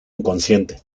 inconsciente